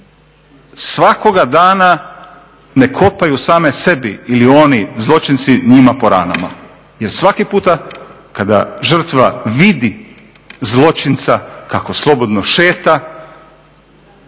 svakoga dana ne kopaju same sebi ili oni zločinci njima po ranama. Jer svaki puta kada žrtva vidi zločinca kako slobodno šeta